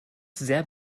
sehr